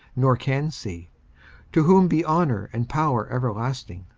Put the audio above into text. nor can see to whom be honour and power everlasting.